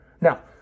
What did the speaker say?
Now